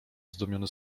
zdumiony